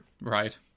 Right